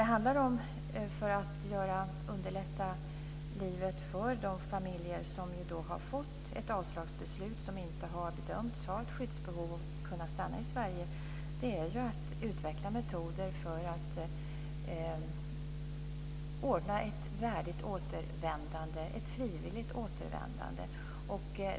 För att underlätta livet för de familjer som har fått ett avslagsbeslut, som inte har bedömts ha ett skyddsbehov för att få stanna i Sverige, har metoder utvecklats för att ordna ett värdigt och frivilligt återvändande.